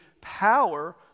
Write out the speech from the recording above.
power